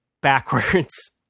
backwards